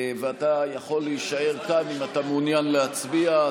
אתה יכול להישאר כאן, אם אתה מעוניין להצביע.